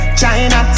China